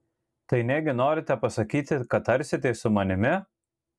tai negi norite pasakyti kad tarsitės su manimi